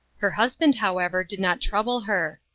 her husband, however, did not trouble her.